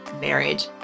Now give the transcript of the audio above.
marriage